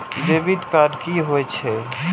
Debit card की होय छेय?